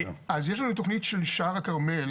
אז, יש לנו את התכנית של שער הכרמל,